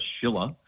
Schiller